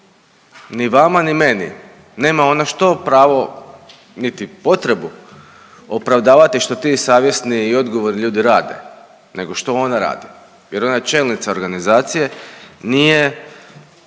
ni vama, ni meni nema ona što pravo niti potrebu opravdavati što ti savjesni i odgovorni ljudi rade nego što ona radi jer ona je čelnica organizacije, nije